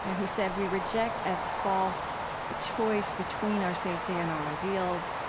you know he said, we reject as false the choice between our safety and our ideals.